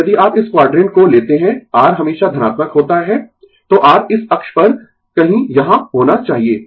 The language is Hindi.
अब यदि आप इस क्वाडरेंट को लेते है R हमेशा धनात्मक होता है तो R इस अक्ष पर कहीं यहाँ होना चाहिए